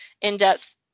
in-depth